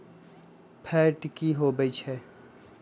Fat की होवछै?